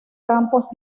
campos